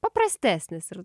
paprastesnis ir